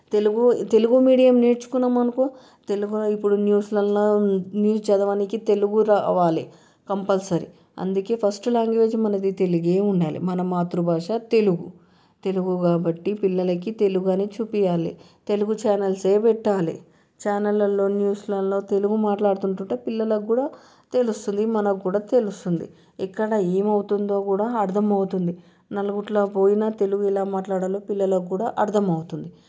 Telugu Telugu medium నేర్చుకున్నాం అనుకో తెలుగు ఇప్పుడు న్యూస్లలో న్యూస్ చదవడానికి తెలుగు రావాలి కంపల్సరీ అందుకే ఫస్ట్ లాంగ్వేజ్ మనది తెలుగు ఉండాలి మన మాతృభాష తెలుగు తెలుగు కాబట్టి పిల్లలకి తెలుగు అని చూపించాలి తెలుగు ఛానల్సే పెట్టాలి ఛానల్లలో న్యూస్లలో తెలుగు మాట్లాడుతుంటే పిల్లలకి కూడా తెలుస్తుంది మనకు కూడా తెలుస్తుంది ఎక్కడ ఏమవుతుందో కూడా అర్థం అవుతుంది నలుగురిలో పోయిన తెలుగు ఎలా మాట్లాడాలో పిల్లలు కూడా అర్థమవుతుంది